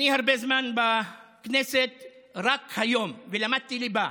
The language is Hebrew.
אני הרבה זמן בכנסת, ולמדתי ליבה.